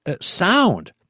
sound